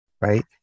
Right